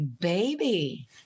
baby